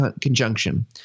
conjunction